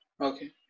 Okay